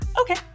okay